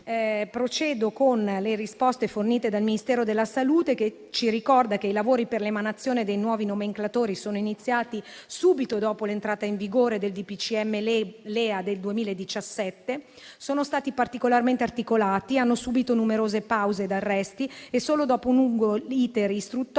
Procedo ora con le risposte fornite dal Ministero della salute, che ci ricorda che i lavori per l'emanazione dei nuovi nomenclatori sono iniziati subito dopo l'entrata in vigore del DPCM LEA del 2017: sono stati particolarmente articolati, hanno subito numerose pause ed arresti e solo dopo un lungo *iter* istruttorio